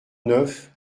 neuf